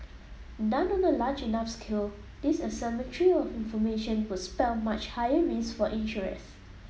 done on a large enough scale this asymmetry of information would spell much higher risk for insurers